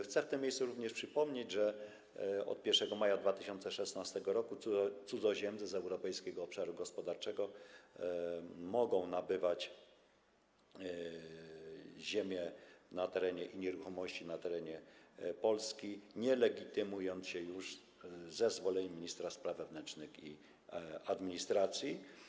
Chcę w tym miejscu również przypomnieć, że od 1 maja 2016 r. cudzoziemcy z Europejskiego Obszaru Gospodarczego mogą nabywać ziemię i nieruchomości na terenie Polski, nie legitymując się już zezwoleniem ministra spraw wewnętrznych i administracji.